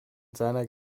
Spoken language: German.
seiner